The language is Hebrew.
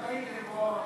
אדוני היושב-ראש,